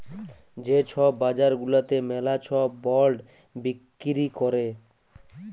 যে ছব বাজার গুলাতে ম্যালা ছব বল্ড বিক্কিরি ক্যরে